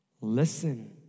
Listen